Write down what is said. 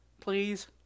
Please